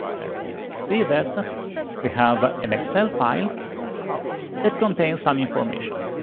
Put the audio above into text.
let me see that. we have an excel file that contains some information.